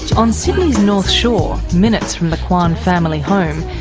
on sydney's north shore, minutes from the kwan family home,